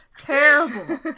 terrible